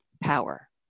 power